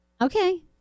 Okay